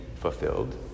fulfilled